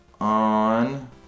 on